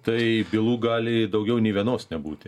tai bylų gali daugiau nė vienos nebūti